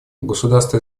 государство